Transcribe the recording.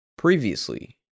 previously